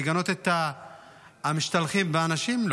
לגנות את המשתלחים באנשים?